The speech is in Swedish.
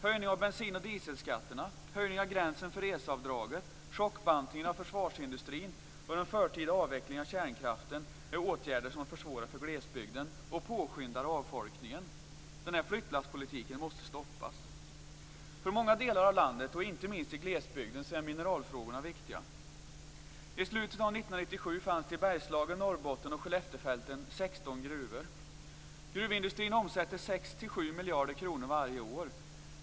Höjning av bensin och dieselskatterna, höjning av gränsen för reseavdraget, chockbantningen av försvarsindustrin och den förtida avvecklingen av kärnkraften är åtgärder som försvårar för glesbygden och påskyndar avfolkningen. Den här flyttlasspolitiken måste stoppas. För många delar av landet och inte minst för glesbygden är mineralfrågorna viktiga. I slutet av 1997 fanns det i Bergslagen, Norrbotten och Skellefteåfälten 16 gruvor. Gruvindustrin omsätter 6-7 miljarder kronor varje år.